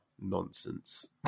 nonsense